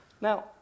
Now